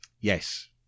Yes